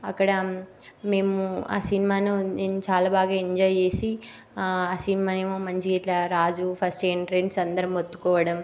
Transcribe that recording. అక్కడ మేము ఆ సినిమాను నేను చాలా బాగా ఎంజాయ్ చేసి సినిమానేమో మంచిగ ఇట్లా రాజు ఫస్ట్ ఎంట్రన్స్ అందరం ఎత్తుకోవడం